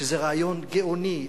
שזה רעיון גאוני,